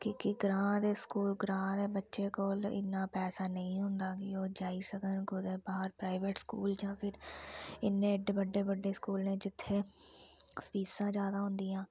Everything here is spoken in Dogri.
कि की ग्रां दे स्कूल ग्रां दे बच्चे कोल इन्ना पैसा नेईं होंदा कि ओह् जाई सकन कुतै बाह्र प्राइवेट स्कूल जां फिर इन्ने एड्डे बड्डे बड्डे स्कूलें जित्थै फीसां जैदा होंदियां